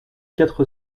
quatre